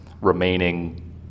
remaining